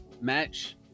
match